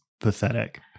pathetic